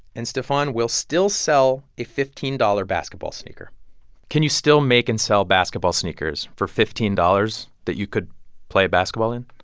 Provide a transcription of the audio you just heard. and stephon will still sell a fifteen dollars basketball sneaker can you still make and sell basketball sneakers for fifteen dollars that you could play basketball in?